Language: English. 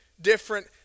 different